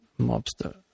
mobster